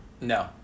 no